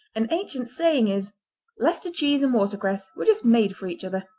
an ancient saying is leicester cheese and water cress were just made for each other.